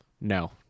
no